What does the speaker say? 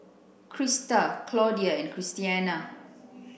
Crysta Claudia and Christiana